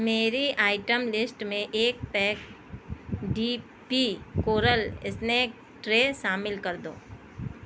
میری item list میں ایک pack D P coral snack tray شامل کر دو